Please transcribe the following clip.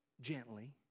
gently